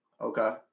Okay